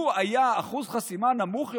לו היה אחוז חסימה נמוך יותר,